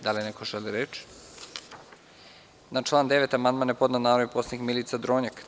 Da li neko želi reč? (Ne.) Na član 9. amandman je podnela narodni poslanik Milica Dronjak.